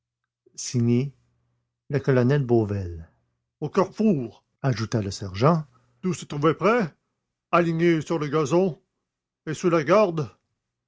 le colonel beauvel au carrefour ajouta le sergent tout se trouvait prêt aligné sur le gazon et sous la garde